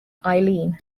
eileen